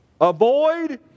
Avoid